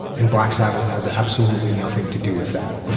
and black sabbath has absolutely nothing to do with that.